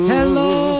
Hello